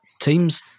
teams